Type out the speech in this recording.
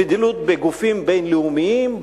לפעילות בגופים בין-לאומיים,